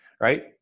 right